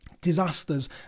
disasters